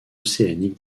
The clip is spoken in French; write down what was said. océanique